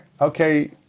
okay